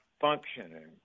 functioning